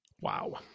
wow